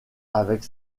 avec